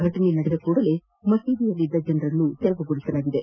ಘಟನೆ ನಡೆದ ಕೂಡಲೇ ಮಸೀದಿಯಲ್ಲಿದ್ದ ಜನರನ್ನು ತೆರವುಗೊಳಿಸಲಾಗಿದೆ